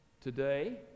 today